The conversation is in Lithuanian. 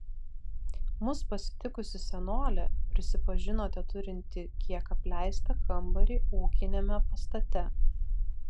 mus pasitikusi senolė prisipažino teturinti kiek apleistą kambarį ūkiniame pastate